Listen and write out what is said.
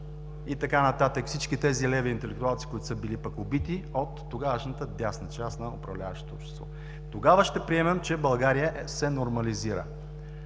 и така нататък – всички тези леви интелектуалци, които са били пък убити от тогавашната дясна част на управляващото общество. Тогава ще приемем, че България се нормализира.